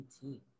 team